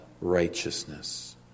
righteousness